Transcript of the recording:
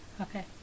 Okay